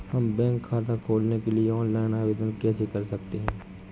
हम बैंक खाता खोलने के लिए ऑनलाइन आवेदन कैसे कर सकते हैं?